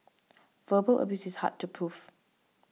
verbal abuse is hard to proof